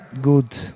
good